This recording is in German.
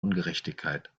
ungerechtigkeit